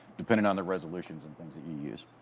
depending on the resolutions and things that you use.